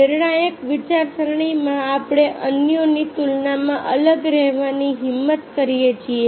નિર્ણાયક વિચારસરણીમાં આપણે અન્યોની તુલનામાં અલગ રહેવાની હિંમત કરીએ છીએ